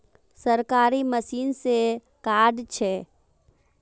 सरकारी मशीन से कार्ड छै?